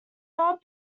not